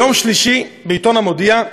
ביום שלישי בעיתון "המודיע":